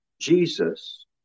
Jesus